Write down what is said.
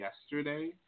yesterday